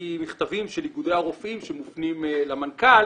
מכתבים של איגודי הרופאים שמופנים למנכ"ל